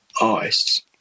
artists